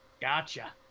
Gotcha